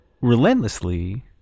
relentlessly